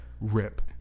Rip